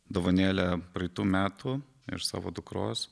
dovanėlę praeitų metų iš savo dukros